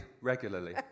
regularly